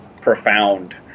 profound